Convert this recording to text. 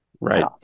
right